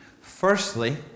Firstly